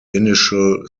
initial